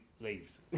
leaves